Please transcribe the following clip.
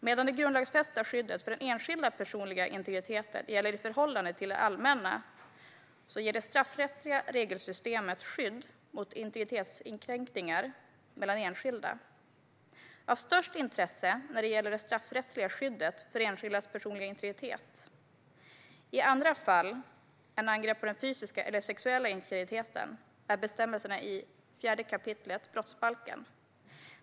Medan det grundlagsfästa skyddet för den enskildes personliga integritet gäller i förhållande till det allmänna ger det straffrättsliga regelsystemet skydd mot integritetskränkningar mellan enskilda. Av störst intresse när det gäller det straffrättsliga skyddet för enskildas personliga integritet - i andra fall än angrepp på den fysiska eller sexuella integriteten - är bestämmelserna i 4 kap. brottsbalken.